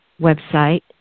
website